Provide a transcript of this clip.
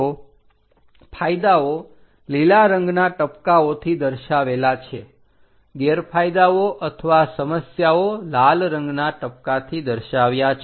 તો ફાયદાઓ લીલા રંગના ટપકાઓથી દર્શાવેલા છે ગેરફાયદાઓ અથવા સમસ્યાઓ લાલ રંગના ટપકાથી દર્શાવ્યા છે